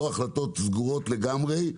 לא החלטות סגורות לגמרי,